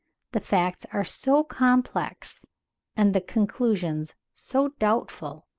the facts are so complex and the conclusions so doubtful,